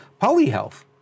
PolyHealth